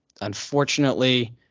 unfortunately